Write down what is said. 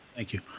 thank you.